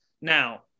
Now